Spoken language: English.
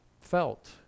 felt